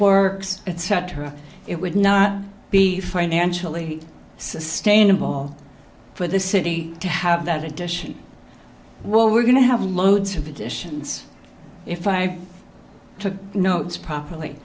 works etc it would not be financially sustainable for the city to have that addition well we're going to have loads of additions if i took notes properly